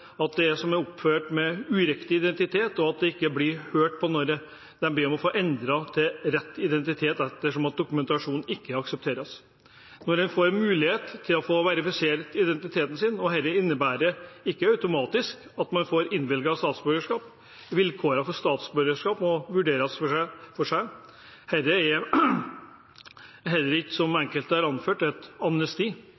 at de er oppført med uriktig identitet, og at de ikke blir hørt når de ber om å få endre til riktig identitet ettersom dokumentasjonen ikke aksepteres. Nå får man en mulighet til å få verifisert identiteten sin. Dette innebærer ikke automatisk at man får innvilget statsborgerskap. Vilkårene for statsborgerskap må vurderes for seg. Dette er heller ikke, som